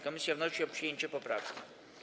Komisja wnosi o przyjęcie tej poprawki.